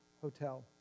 hotel